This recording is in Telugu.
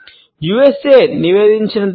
you S A నివేదించినంతవరకు